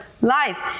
life